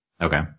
okay